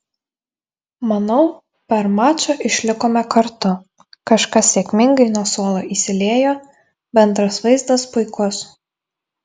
manau per mačą išlikome kartu kažkas sėkmingai nuo suolo įsiliejo bendras vaizdas puikus